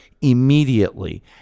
immediately